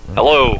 Hello